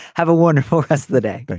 have a wonderful as the day like